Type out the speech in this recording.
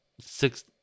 Six